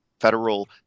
federal